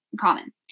common